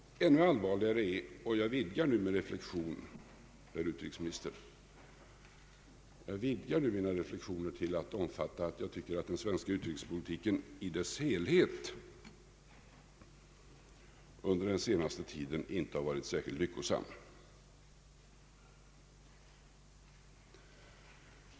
Ännu allvarligare är — och jag vidgar nu mina reflexioner, herr utrikesminister — att jag tycker att den svenska utrikespolitiken i dess helhet under den senaste tiden inte har varit särskilt lyckosam.